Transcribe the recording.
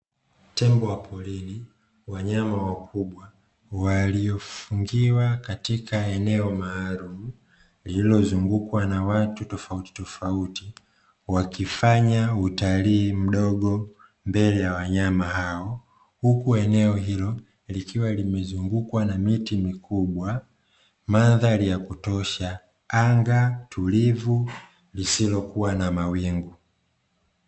Tembo wa porini wanyama wakubwa waliofungiwa katika eneo maalum lililozungukwa na watu tofauti tofauti wakifanya utalii mdogo mbele ya wanyama hao. Huku eneo hilo likiwa limezungukwa na miti mikubwa, mandhari ya kutosha, anga tulivu lisilokuwa na mawingu.